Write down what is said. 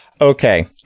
okay